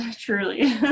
truly